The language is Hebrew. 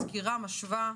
סקירה משווה.